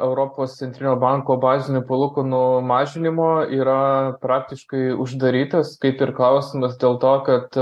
europos centrinio banko bazinių palūkanų mažinimo yra praktiškai uždarytas kaip ir klausimas dėl to kad